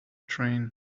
train